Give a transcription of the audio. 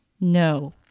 no